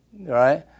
right